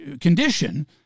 condition